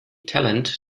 talent